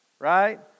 Right